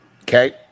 Okay